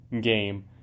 game